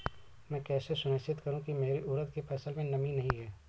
मैं कैसे सुनिश्चित करूँ की मेरी उड़द की फसल में नमी नहीं है?